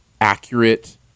accurate